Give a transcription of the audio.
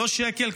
לא שקל,